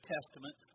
Testament